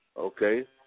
Okay